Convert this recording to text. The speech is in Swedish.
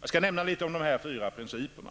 Jag skall säga några ord om de principerna.